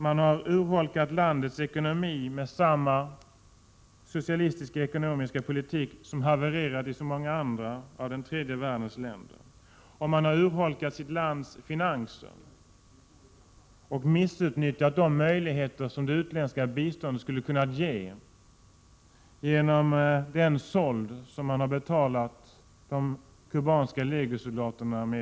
Landets ekonomi har urholkats med samma socialistiska ekonomiska politik som havererat i så många andra av den tredje världens länder. De har urholkat sitt lands finanser och dåligt utnyttjat de möjligheter som det utländska biståndet skulle kunnat ge, detta genom den sold de i hårdvaluta betalat till de kubanska legosoldaterna.